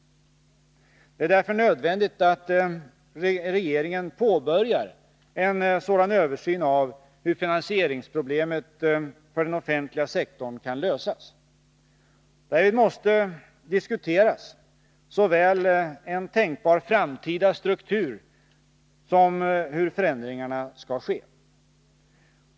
Det är därför nödvändigt att regeringen påbörjar en sådan översyn av hur finansieringsproblemet för den offentliga sektorn kan lösas. Därvid måste diskuteras såväl en tänkbar framtida struktur som hur förändringarna skall ske.